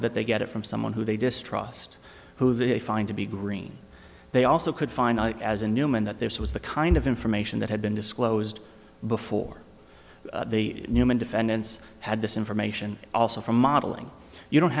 that they get it from someone who they distrust who they find to be green they also could find out as a new man that this was the kind of information that had been disclosed before the human defendants had this information also from modeling you don't